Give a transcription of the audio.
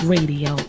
Radio